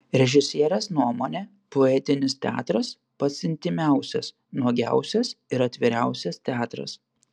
režisierės nuomone poetinis teatras pats intymiausias nuogiausias ir atviriausias teatras